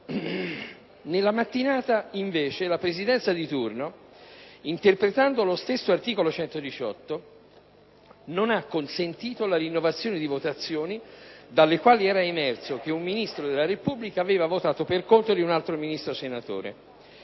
di ieri, invece, la Presidenza di turno, interpretando lo stesso articolo 118 del Regolamento, non ha consentito la rinnovazione di votazioni dalle quali era emerso che un Ministro della Repubblica aveva votato per conto di un altro Ministro senatore.